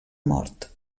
mort